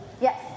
Yes